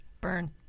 Burn